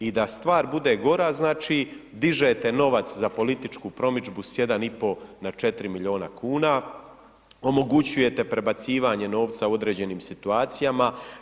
I da stvar bude gora znači, dižete novac za političku promidžbu sa 1,5 na 4 milijuna kuna, omogućujete prebacivanje novca u određenim situacijama.